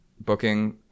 booking